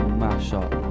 mashup